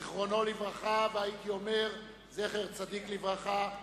זיכרונו לברכה, והייתי אומר: זכר צדיק לברכה.